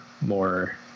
more